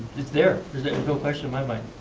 it's there. there's there's no question in my my